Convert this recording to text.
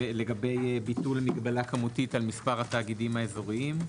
לגבי ביטול מגבלה כמותית על מספר התאגידים האזוריים.